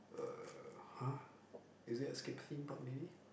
uh !huh! is it Escape-Theme-Park maybe